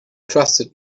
trusted